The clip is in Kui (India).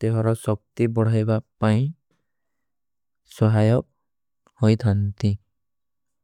ତେହରା। ସକ୍ତି ବଢାଈବା ପାଇଂ ସହାଯପ ହୋଈ ଥାନତୀ।